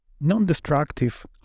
non-destructive